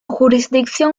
jurisdicción